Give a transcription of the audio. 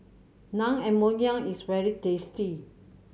naengmyeon is very tasty